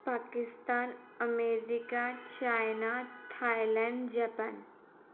Pakistan America China Thailand Japan